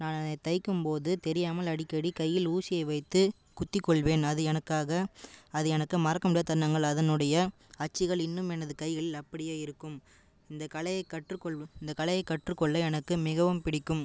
நான் அதை தைக்கும்போது தெரியாமல் அடிக்கடி கையில் ஊசியை வைத்து குத்திக்கொள்வேன் அது எனக்காக அது எனக்கு மறக்க முடியாத தருணங்கள் அதனுடைய அச்சுகள் இன்னும் எனது கைகளில் அப்படியே இருக்கும் இந்த கலையை கற்று கொள்ள இந்த கலையை கற்று கொள்ள எனக்கு மிகவும் பிடிக்கும்